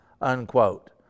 unquote